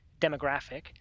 demographic